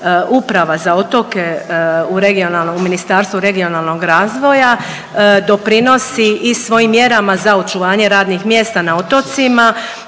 u regionalnom, u Ministarstvu regionalnog razvoja doprinosi i svojim mjerama za očuvanje radnih mjesta na otocima